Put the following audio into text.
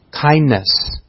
Kindness